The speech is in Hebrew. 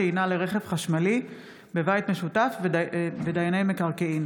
טעינה לרכב חשמלי בבית משותף ודייני מקרקעין),